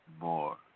more